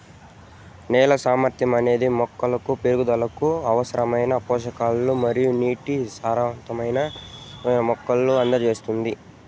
నేల సామర్థ్యం అనేది మొక్కల పెరుగుదలకు అవసరమైన పోషకాలు మరియు నీటిని సరైణ మొత్తంలో మొక్కకు అందిస్తాది